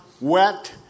wet